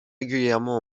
régulièrement